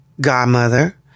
godmother